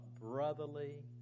brotherly